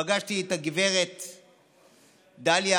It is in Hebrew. פגשתי את הגברת דליה,